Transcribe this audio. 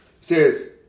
says